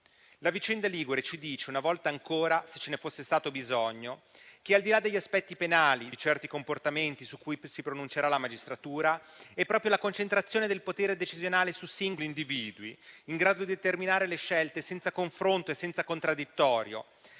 La vicenda ligure ci dice, una volta ancora, se ce ne fosse stato bisogno, che, al di là degli aspetti penali di certi comportamenti su cui si pronuncerà la magistratura, è proprio la concentrazione del potere decisionale su singoli individui, in grado di determinare le scelte senza confronto e senza contraddittorio,